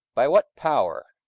by what power,